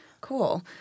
cool